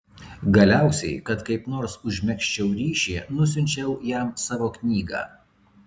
galiausiai kad kaip nors užmegzčiau ryšį nusiunčiau jam savo knygą